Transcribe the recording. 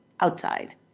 outside